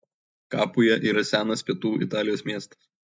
kapuja yra senas pietų italijos miestas